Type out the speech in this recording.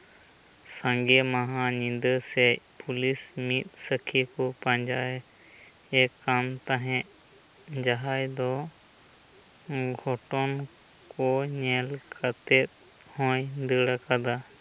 ᱥᱤᱸᱜᱮ ᱢᱟᱦᱟ ᱧᱤᱫᱟᱹ ᱥᱮᱫ ᱯᱩᱞᱤᱥ ᱢᱤᱫ ᱥᱟᱹᱠᱷᱤ ᱠᱚ ᱯᱟᱸᱡᱟᱭᱮ ᱠᱟᱱ ᱛᱟᱦᱮᱸᱫ ᱡᱟᱦᱟᱸᱭ ᱫᱚ ᱜᱷᱚᱴᱚᱱ ᱠᱚ ᱧᱮᱞ ᱠᱟᱛᱮᱫ ᱦᱚᱸᱭ ᱫᱟᱹᱲ ᱟᱠᱟᱫᱟ